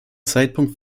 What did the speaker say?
zeitpunkt